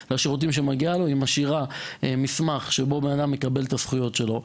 שמגיע לו משאירה מסמך שעל פיו האדם יקבל את הזכויות שלו.